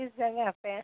किस जगह पर है